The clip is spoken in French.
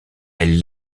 elle